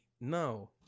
No